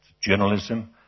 journalism